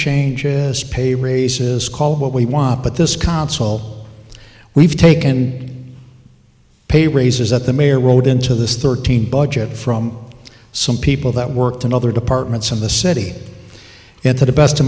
changes pay raises call what we want but this council we've taken a pay raises at the mayor world into this thirteen budget from some people that worked in other departments of the city and to the best